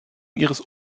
ihres